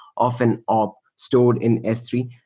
often op, stored in s three?